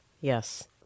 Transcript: yes